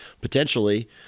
Potentially